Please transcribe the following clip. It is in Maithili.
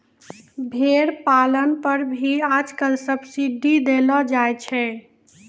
भेड़ पालन पर भी आजकल सब्सीडी देलो जाय छै